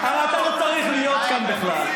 הרי אתה לא צריך להיות כאן בכלל.